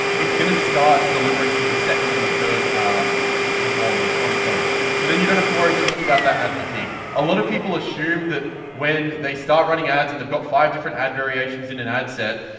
it's going to start delivering to the second and the third performers on its own. so then you don't have to worry too much about that ad fatigue. a lot of people assume that when they start running ads and they've got five different ad variations in an ad set,